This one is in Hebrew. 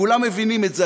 כולם מבינים את זה.